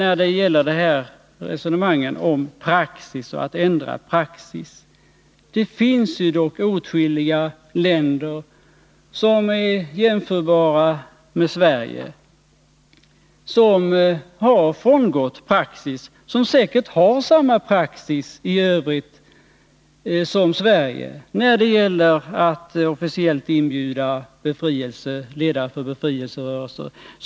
Beträffande resonemangen om praxis vill jag säga att det dock finns åtskilliga länder som är jämförbara med Sverige och som har frångått praxis. Säkert har de i övrigt samma praxis som Sverige när det gäller att officiellt inbjuda ledare för befrielserörelser.